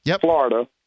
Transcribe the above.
Florida